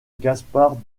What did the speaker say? gaspard